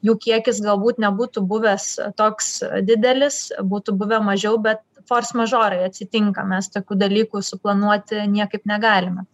jų kiekis galbūt nebūtų buvęs toks didelis būtų buvę mažiau bet fors mažorai atsitinka mes tokių dalykų suplanuoti niekaip negalime